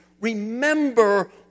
remember